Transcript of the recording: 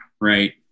Right